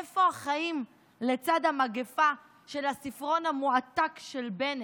איפה החיים לצד המגפה של הספרון המועתק של בנט?